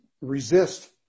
resist